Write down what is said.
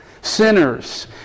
sinners